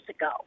ago